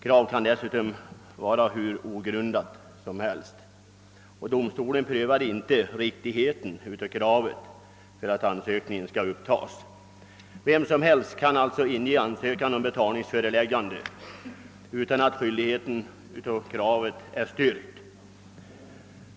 Kravet kan dessutom vara hur ogrundat som helst; domstolen prövar inte riktigheten av kravet för att ansökan skall upptas till behandling. Vem som helst kan alltså inge ansökan om betalningsföreläggande utan att kravets riktighet är styrkt.